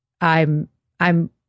I'm—I'm